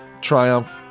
Triumph